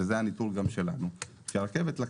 לעומת הרכבת,